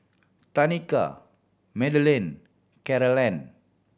Tanika Madelene Carolann